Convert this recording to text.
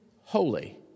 holy